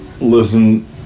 listen